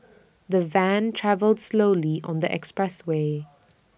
the van travelled slowly on the expressway